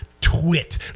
twit